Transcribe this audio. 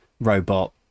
robot